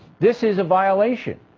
this is a violation.